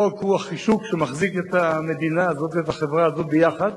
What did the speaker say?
החוק הוא החישוק שמחזיק את המדינה הזאת ואת החברה הזאת ביחד.